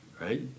right